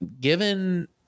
Given